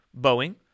Boeing